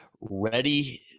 ready